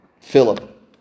Philip